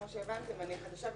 כמו שהבנתם, אני חדשה בתפקיד,